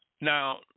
Now